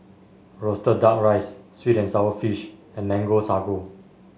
roasted duck rice sweet and sour fish and Mango Sago